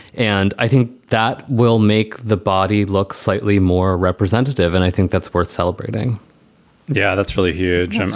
and i think that will make the body look slightly more representative. and i think that's worth celebrating yeah. that's really huge. and